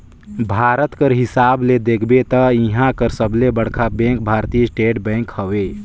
भारत कर हिसाब ले देखबे ता इहां कर सबले बड़खा बेंक भारतीय स्टेट बेंक हवे